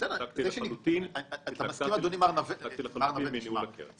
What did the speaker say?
נותקתי לחלוטין מניהול הקרן.